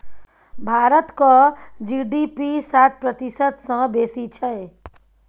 भारतक जी.डी.पी सात प्रतिशत सँ बेसी छै